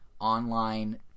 online